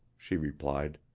she replied.